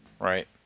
Right